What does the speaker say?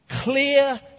clear